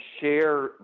share